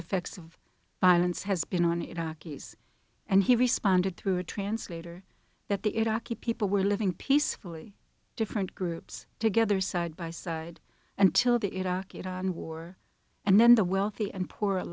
effects of violence has been on iraqis and he responded through a translator that the iraqi people were living peacefully different groups together side by side until the iraqi war and then the wealthy